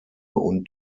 und